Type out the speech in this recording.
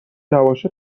نباشه